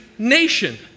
nation